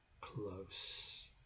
close